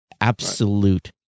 absolute